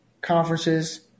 conferences